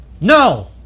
No